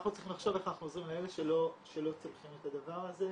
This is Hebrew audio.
אנחנו צריכים לחשוב איך אנחנו עוזרים לאלה שלא צולחים את הדבר הזה.